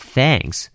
Thanks